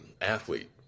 athlete